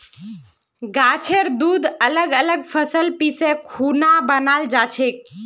गाछेर दूध अलग अलग फसल पीसे खुना बनाल जाछेक